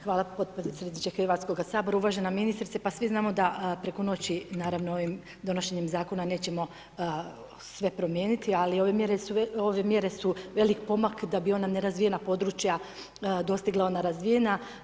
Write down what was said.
Hvala podpredsjedniče Hrvatskoga sabora, uvažena ministrice pa svi znamo da preko noći naravno ovim donošenjem zakona nećemo sve promijeniti, ali ove mjere su veliki pomak da bi ona nerazvijena područja dostigla ona razvijena.